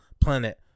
planet